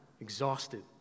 exhausted